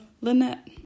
Lynette